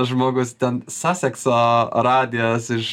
žmogus ten sasekso radijas iš